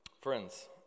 Friends